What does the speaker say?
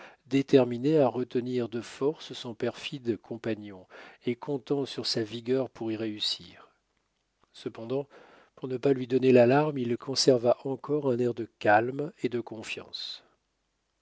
déterminé à retenir de force son perfide compagnon et comptant sur sa vigueur pour y réussir cependant pour ne pas lui donner l'alarme il conserva encore un air de calme et de confiance